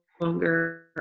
longer